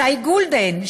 שי גולדן,